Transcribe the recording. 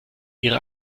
ihre